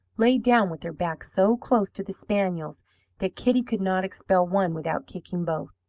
lay down with her back so close to the spaniel's that kitty could not expel one without kicking both.